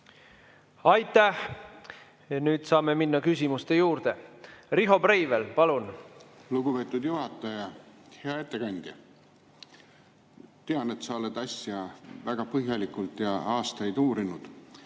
Aitäh! Nüüd saame minna küsimuste juurde. Riho Breivel, palun! Lugupeetud juhataja! Hea ettekandja! Ma tean, et sa oled asja väga põhjalikult aastaid uurinud.